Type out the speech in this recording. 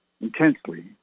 intensely